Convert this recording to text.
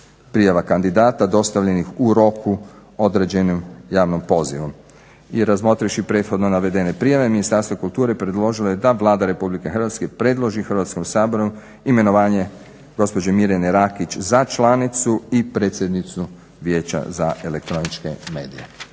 prijava kandidata dostavljenih u roku određenim javnim pozivom. I razmotrivši prethodno navedene prijave Ministarstvo kulture je predložilo da Vlada RH predloži Hrvatskom saboru imenovanje gospođe Mirjane Rakić za članicu i predsjednicu Vijeća za elektroničke medije.